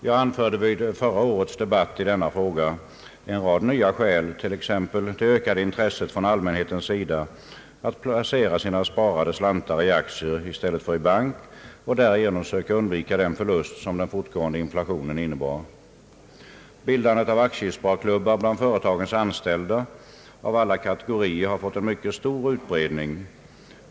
Jag anförde vid förra årets debatt i denna fråga en rad nya skäl, t.ex. det ökade intresset från allmänhetens sida att placera sparade slantar i aktier i stället för i bank och därigenom söka undvika den förlust som den fortgående inflationen innebär. Bildandet av aktiesparklubbar bland företagens anställda av alla kategorier har fått en mycket stor utbredning.